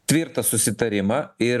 tvirtą susitarimą ir